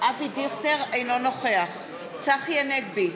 אינו נוכח צחי הנגבי,